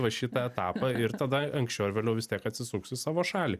va šitą etapą ir tada anksčiau ar vėliau vis tiek atsisuks į savo šalį